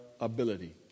ability